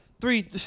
Three